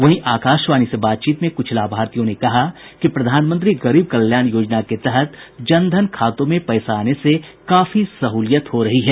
वहीं आकाशवाणी से बातचीत में कुछ लाभार्थियों ने कहा कि प्रधानमंत्री गरीब कल्याण योजना के तहत जन धन खातों में पैसा आने से काफी सहलूयित हो रही है